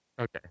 okay